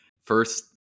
first